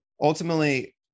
ultimately